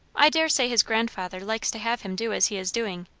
i daresay his grandfather likes to have him do as he is doing.